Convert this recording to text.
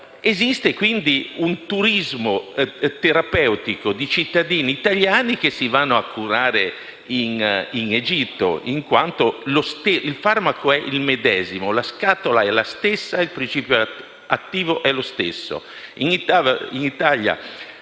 Esiste quindi un turismo terapeutico di cittadini italiani che vanno a curarsi in Egitto in quanto il farmaco è il medesimo, la scatola è la stessa e il principio attivo è lo stesso.